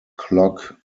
clock